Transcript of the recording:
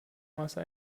masse